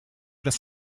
das